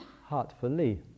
heartfully